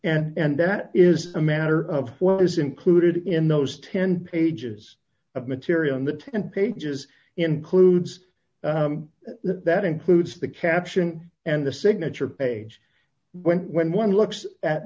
claim and that is a matter of what is included in those ten pages of material on the ten pages includes that includes the caption and the signature page when when one looks at